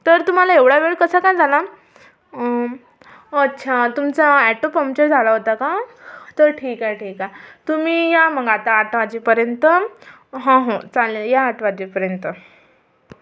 तर तुम्हाला एवढा वेळ कसा काय झाला अच्छा तुमचा ॲटो पम्चर झाला होता का तर ठीक आहे ठीक आहे तुम्ही या मग आता आठ वाजेपर्यंत हं हं चालेल या आठ वाजेपर्यंत